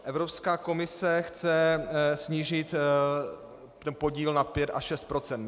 Evropská komise chce snížit podíl na pět až šest procent.